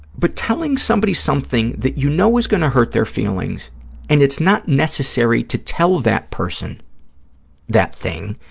but telling somebody something that you know is going to hurt their feelings and it's not necessary to tell that person that thing,